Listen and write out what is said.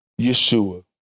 Yeshua